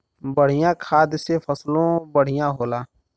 बढ़िया खाद से फसलों बढ़िया होला